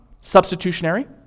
substitutionary